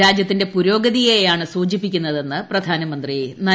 രാജ്യത്തിന്റെ പുരോഗതിയെയാണ് സൂചിപ്പിക്കുന്നതെന്ന് പ്രധാനമന്ത്രി നരേന്ദ്രമോദി